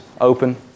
open